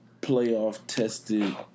playoff-tested